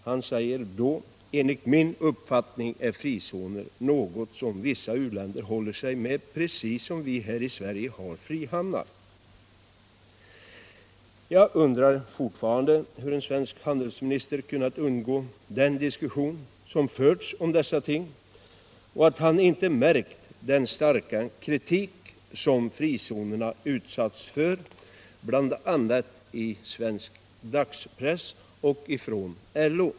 Handelsministern sade: ”Enligt min uppfattning är frizoner något som vissa u-länder håller sig med precis som vi här i Sverige har frihamnar.” Jag undrar fortfarande hur en svensk handelsminister kunnat undgå att ta del av den diskussion som förts om dessa ting, och att han inte märkt den starka kritik som frizonerna utsatts för, bl.a. i svensk dagspress och från LO.